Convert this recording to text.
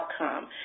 outcome